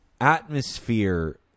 atmosphere